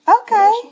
Okay